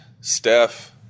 Steph